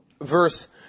verse